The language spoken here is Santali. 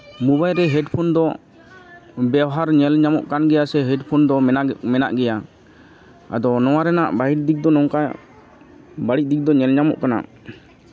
ᱢᱳᱵᱟᱭᱤᱞᱨᱮ ᱦᱮᱰᱯᱷᱳᱱ ᱫᱚ ᱵᱮᱣᱦᱟᱨ ᱧᱮᱞ ᱧᱟᱢᱚᱜ ᱠᱟᱱ ᱜᱮᱭᱟ ᱥᱮ ᱦᱮᱰᱯᱷᱳᱱ ᱫᱚ ᱢᱮᱱᱟᱜ ᱜᱮᱭᱟ ᱟᱫᱚ ᱱᱚᱣᱟ ᱨᱮᱭᱟᱜ ᱵᱟᱹᱲᱤᱡ ᱫᱤᱠ ᱫᱚ ᱱᱚᱝᱠᱟ ᱵᱟᱹᱲᱤᱡ ᱫᱤᱠ ᱫᱚ ᱧᱮᱞ ᱧᱟᱢᱚᱜ ᱠᱟᱱᱟ